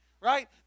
right